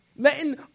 Letting